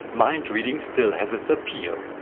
mind-reading still has its appeal.